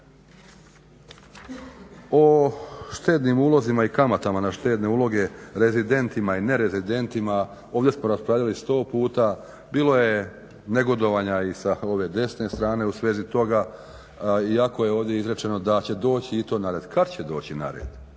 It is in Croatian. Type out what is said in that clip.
O štednim ulozima i kamatama na štedne uloge rezidentima i nerezidentnima ovdje smo raspravljali 100 puta, bilo je i negodovanja i sa ove desne strane u svezi toga iako je ovdje i rečeno da će doći i to na red, kad će doći na red?